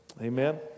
Amen